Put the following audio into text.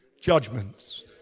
judgments